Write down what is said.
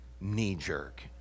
knee-jerk